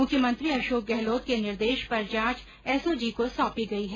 मुख्यमंत्री अशोक गहलोत के निर्देश पर जांच एसओजी को साँपी गई है